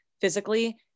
physically